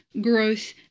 growth